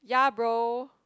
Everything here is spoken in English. ya bro